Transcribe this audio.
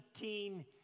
19